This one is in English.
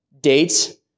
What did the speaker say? date